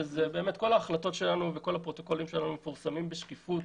וכל הפרוטוקולים שלנו מפורסמים בשקיפות